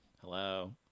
Hello